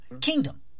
kingdom